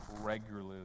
regularly